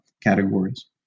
categories